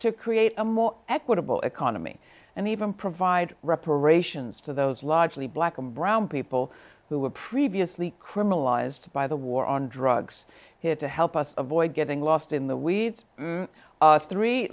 to create a more equitable economy and even provide reparations to those largely black and brown people who were previously criminalized by the war on drugs here to help us avoid getting lost in the weeds three